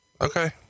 Okay